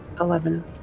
Eleven